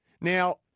Now